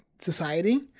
society